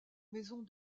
maisons